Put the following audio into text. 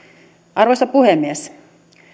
arvoisa puhemies